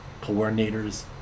coordinators